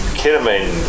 ketamine